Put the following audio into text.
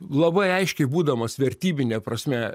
labai aiškiai būdamas vertybine prasme